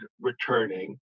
returning